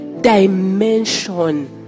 dimension